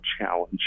challenge